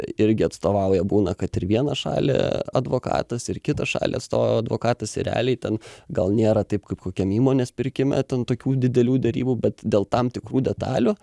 irgi atstovauja būna kad ir vieną šalį advokatas ir kitą šalį atstovauja advokatas ir realiai ten gal nėra taip kaip kokiam įmonės pirkime ten tokių didelių derybų bet dėl tam tikrų detalių